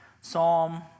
Psalm